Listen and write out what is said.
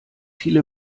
viele